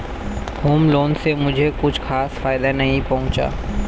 home loan से मुझे कुछ खास फायदा नहीं पहुंचा